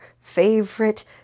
favorite